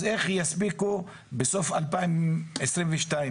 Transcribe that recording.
אז איך יספיקו בסוף 2022?